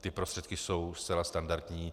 Ty prostředky jsou zcela standardní.